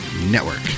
Network